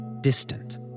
distant